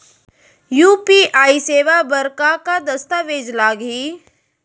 UPI सेवा बर का का दस्तावेज लागही?